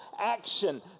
action